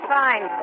fine